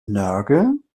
nörgeln